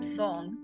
song